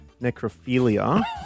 necrophilia